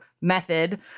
method